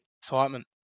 excitement